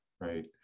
Right